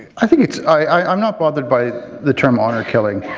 i think it's i'm not bothered by the term honour killing.